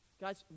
Guys